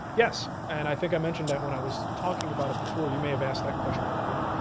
yes, and i think i mentioned that when i was talking about it before. you may have asked that question before.